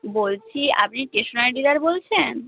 বলছি আপনি stationery dealer বলছেন